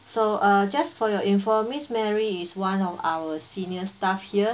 so uh just for your info miss mary is one of our senior staff here